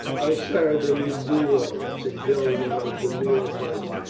o, sir, then you do wrong, said joan in a de mure voice.